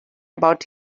about